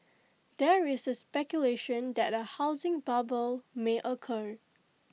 there is speculation that A housing bubble may occur